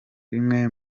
bimwe